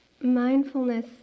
Mindfulness